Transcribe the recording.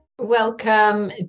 Welcome